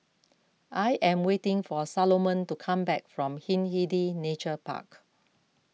I am waiting for Salomon to come back from Hindhede Nature Park